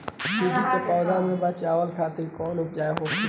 सुंडी से पौधा के बचावल खातिर कौन उपाय होला?